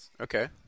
Okay